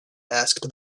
asked